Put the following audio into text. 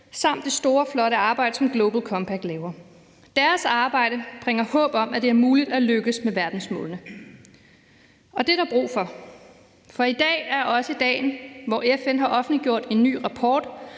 samt det store, flotte arbejde som Global Compact laver. Deres arbejde bringer håb om, at det er muligt at lykkes med verdensmålene. Det er der brug for, for i dag er også dagen, hvor FN har offentliggjort en ny rapport,